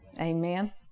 Amen